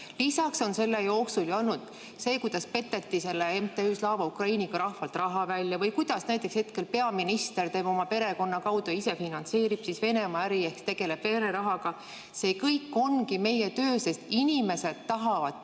Lisaks on selle aja jooksul ju [välja tulnud] see, kuidas peteti MTÜ-ga Slava Ukraini rahvalt raha välja või kuidas näiteks hetkel peaminister teeb oma perekonna kaudu, ise finantseerib Venemaa äri ehk tegeleb vererahaga. See kõik ongi meie töö, sest inimesed tahavad